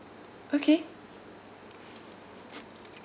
okay